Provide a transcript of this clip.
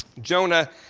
Jonah